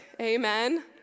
Amen